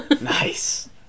Nice